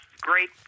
great